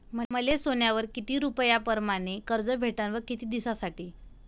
मले सोन्यावर किती रुपया परमाने कर्ज भेटन व किती दिसासाठी?